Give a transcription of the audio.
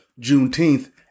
Juneteenth